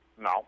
No